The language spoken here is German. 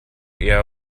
eher